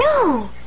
No